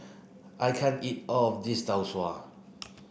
I can't eat all of this Tau Suan